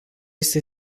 este